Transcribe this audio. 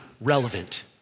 relevant